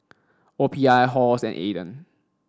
O P I Halls and Aden